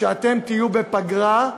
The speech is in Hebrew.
כשאתם תהיו בפגרה,